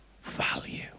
value